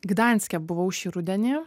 gdanske buvau šį rudenį